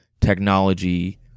technology